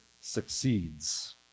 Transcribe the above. succeeds